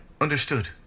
Understood